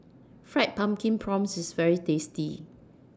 Fried Pumpkin Prawns IS very tasty